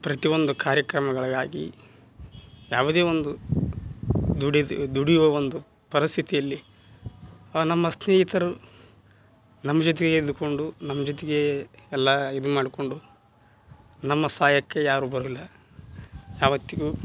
ಪ್ರತಿ ಒಂದು ಕಾರ್ಯಕ್ರಮಗಳಿಗಾಗಿ ಯಾವುದೇ ಒಂದು ದುಡಿದು ದುಡಿಯುವ ಒಂದು ಪರಿಸ್ಥಿತಿಯಲ್ಲಿ ಆ ನಮ್ಮ ಸ್ನೇಹಿತರು ನಮ್ಮ ಜೊತೆಗೆ ಇದ್ಕೊಂಡು ನಮ್ಮ ಜೊತೆಗೆ ಎಲ್ಲ ಇದು ಮಾಡಿಕೊಂಡು ನಮ್ಮ ಸಹಾಯಕ್ಕೆ ಯಾರು ಬರುವುದಿಲ್ಲ ಯಾವತ್ತಿಗೂ